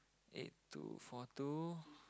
eight two four two